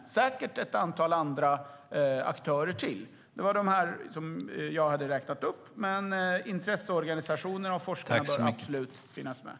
Det finns säkert ett antal andra aktörer också som borde finnas med. Men intresseorganisationerna och forskarna bör absolut finnas med.